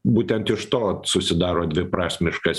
būtent iš to susidaro dviprasmiškas